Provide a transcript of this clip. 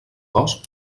gos